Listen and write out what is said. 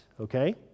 okay